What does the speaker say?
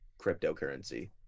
cryptocurrency